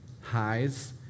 highs